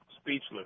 speechless